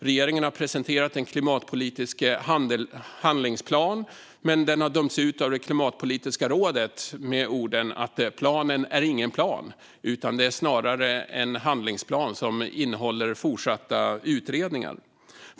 Regeringen har presenterat en klimatpolitisk handlingsplan, men den har dömts ut av Klimatpolitiska rådet med motiveringen att planen inte är en plan utan snarare en handlingsplan som innehåller fortsatta utredningar.